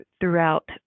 throughout